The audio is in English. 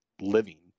living